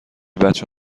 بچه